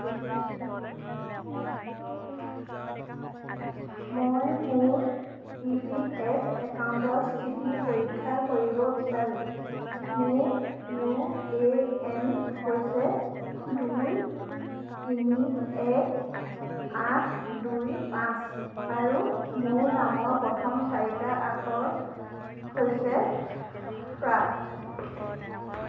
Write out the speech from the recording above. মই মোৰ E P F একাউণ্টৰ স্থিতি পৰীক্ষা কৰিব বিচাৰোঁ মোৰ ইউ এ এন হৈছে দুই তিনি এক আঠ দুই পাঁচ আৰু মোৰ নামৰ প্ৰথম চাৰিটা আখৰ হৈছে প্ৰাত